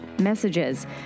messages